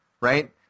right